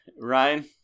Ryan